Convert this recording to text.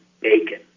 bacon